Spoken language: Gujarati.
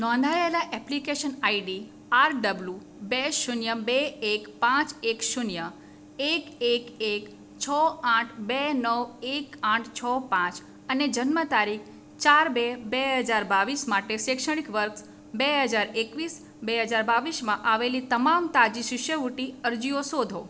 નોંધાયેલાં એપ્લિકેશન આઈડી આર ડબલું બે શૂન્ય બે એક પાંચ એક શૂન્ય એક એક એક છ આઠ બે નવ એક આઠ છ પાંચ અને જન્મ તારીખ ચાર બે બે હજાર બાવીસ માટે શૈક્ષણિક વર્ષ બે હજાર એકવીસ બે હજાર બાવીસમાં આવેલી તમામ તાજી શિષ્યવૃત્તિ અરજીઓ શોધો